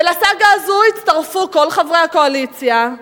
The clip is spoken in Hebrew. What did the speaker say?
ולסאגה הזו הצטרפו כל חברי הקואליציה,